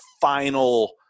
final